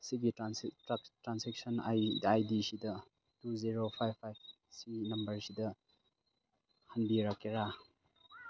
ꯁꯤꯒꯤ transaction I ꯗꯤꯁꯤꯗ two zero five five ꯁꯤ ꯅꯝꯕꯔꯁꯤꯗ ꯍꯟꯕꯤꯔꯛꯀꯦꯔꯥ